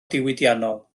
diwydiannol